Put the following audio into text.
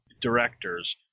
directors